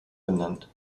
benannt